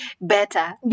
better